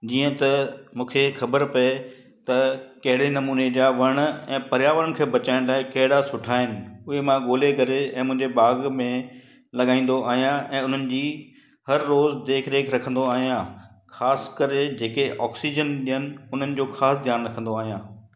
जीअं त मूंखे ख़बर पए त कहिड़े नमूने जा वण ऐं पर्यावरण खे बचाइण लाइ कहिड़ा सुठा आहिनि उहे मां ॻोल्हे करे ऐं मुंहिंजे बाग़ में लॻाईंदो आहियां ऐं उन्हनि जी हर रोज़ु देखरेख रखंदो आहियां ख़ासि करे जेके ऑक्सीजन ॾियनि उन्हनि जो ख़ासि ध्यानु रखंदो आहियां